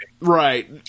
right